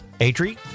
Adri